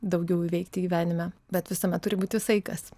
daugiau įveikti gyvenime bet visuomet turi būti saikas